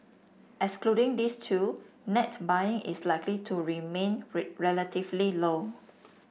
excluding these two net buying is likely to remain relatively low